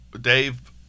Dave